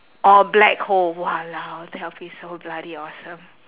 or a black hole !walao! that'll be so bloody awesome